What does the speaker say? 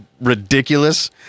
ridiculous